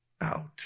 out